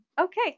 Okay